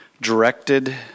directed